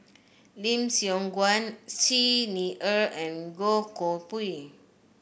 Lim Siong Guan Xi Ni Er and Goh Koh Pui